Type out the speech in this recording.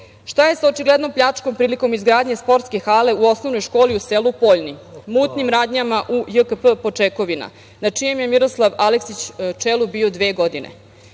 je sa očiglednom pljačkom prilikom izgradnje sportske hale u osnovnoj školi u selu Poljni, mutnim radnjama u JKP „Počekovina“ na čijem je čelu Miroslav Aleksić bio dve godine? Šta